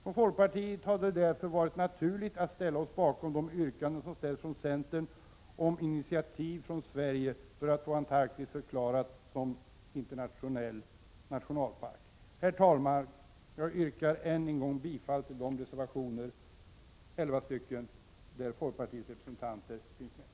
För folkpartiet har det därför varit naturligt att ställa sig bakom de yrkanden som ställts från centern om initiativ från Sverige för att få Antarktis förklarat som internationell nationalpark. Herr talman! Jag yrkar än en gång bifall till de elva reservationer där folkpartiets representanter finns med.